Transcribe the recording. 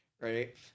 right